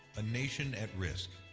a nation at risk,